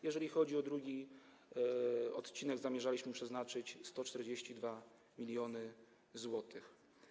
Jeżeli chodzi o drugi odcinek, zamierzaliśmy przeznaczyć 142 mln zł.